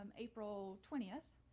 um april twenty,